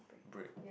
break